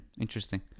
Interesting